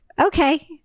okay